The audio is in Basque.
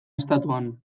estatuan